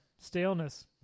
Staleness